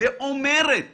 אומרת